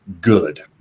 Good